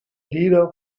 leader